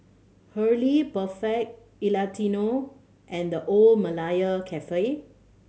Hurley Perfect Italiano and The Old Malaya Cafe